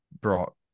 brought